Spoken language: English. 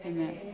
Amen